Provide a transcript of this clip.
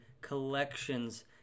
collections